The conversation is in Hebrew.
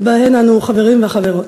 שבהן אנחנו חברים וחברות.